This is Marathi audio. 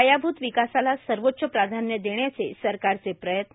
पायाभूत विकासाला सर्वोच्च प्राधान्य देण्याचे सरकारचे प्रयत्न